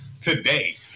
today